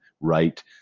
right